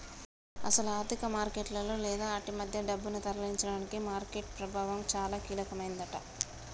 అసలు ఆర్థిక మార్కెట్లలో లేదా ఆటి మధ్య డబ్బును తరలించడానికి మార్కెట్ ప్రభావం చాలా కీలకమైందట